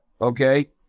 okay